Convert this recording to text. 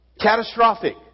Catastrophic